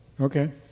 Okay